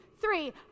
three